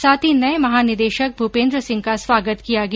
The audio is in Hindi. साथ ही नए महानिदेशक भूपेन्द्र सिंह का स्वागत किया गया